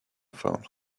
phone